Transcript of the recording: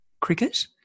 cricket